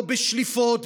לא בשליפות,